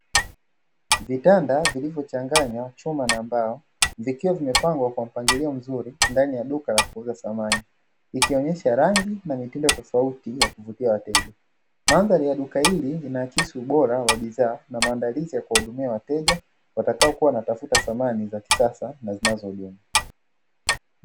Vitanda vilivyochanganywa chuma na mbao vikiwa vimepangwa kwa mpangilio mzuri ndani ya duka la kuuza samani, likionesha rangi na mitindo tofauti hivyo kuvutia wateja. Mandhari ya duka hili linaakisi ubora wa bidhaa na maandalizi ya kuwahudumia wateja watakaokuwa wanatafuta samani za kisasa na zinazodumu.